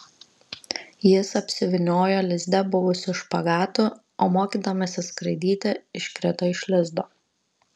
jis apsivyniojo lizde buvusiu špagatu o mokydamasis skraidyti iškrito iš lizdo